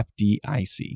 FDIC